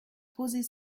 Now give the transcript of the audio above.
posez